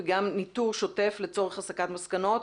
וגם ניטור שוטף לצורך הסקת מסקנות.